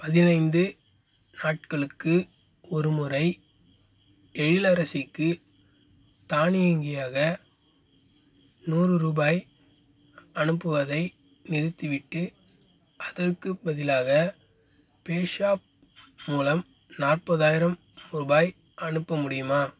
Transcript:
பதினைந்து நாட்களுக்கு ஒரு முறை எழிலரசிக்கு தானியங்கியாக நூறு ருபாய் அனுப்புவதை நிறுத்திவிட்டு அதற்குப் பதிலாக பேஸாப் மூலம் நாற்பதாயிரம் ரூபாய் அனுப்ப முடியுமா